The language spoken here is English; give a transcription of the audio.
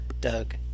Doug